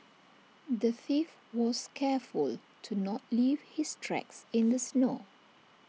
the thief was careful to not leave his tracks in the snow